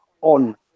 on